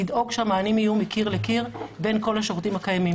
לדאוג שהמענים יהיו מקיר לקיר בין כל השירותים הקיימים.